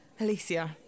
Alicia